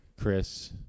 Chris